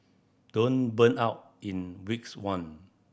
don't burn out in weeks one